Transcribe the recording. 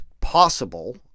possible